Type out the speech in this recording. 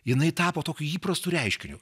jinai tapo tokiu įprastu reiškiniu